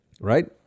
Right